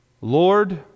Lord